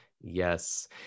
yes